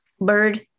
bird